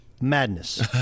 Madness